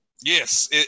Yes